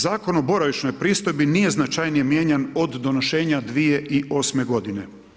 Zakon o boravišnoj pristojbi nije značajnije mijenjan od donošenja 2008. godine.